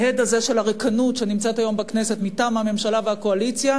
ההד הזה של הריקנות שנמצאת היום בכנסת מטעם הממשלה והקואליציה,